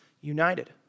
united